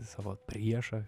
savo priešą